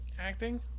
acting